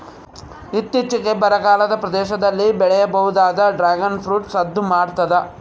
ಇತ್ತೀಚಿಗೆ ಬರಗಾಲದ ಪ್ರದೇಶದಲ್ಲಿ ಬೆಳೆಯಬಹುದಾದ ಡ್ರಾಗುನ್ ಫ್ರೂಟ್ ಸದ್ದು ಮಾಡ್ತಾದ